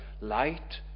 light